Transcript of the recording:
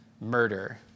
murder